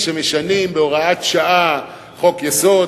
שמשנים בהוראת שעה חוק-יסוד,